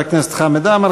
לחבר הכנסת חמד עמאר.